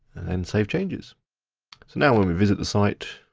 and save changes. so now when we visit the site,